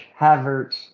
havertz